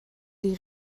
die